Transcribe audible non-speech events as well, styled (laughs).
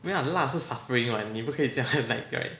没有 what 辣是 suffering what 你不可以这样 (laughs) like right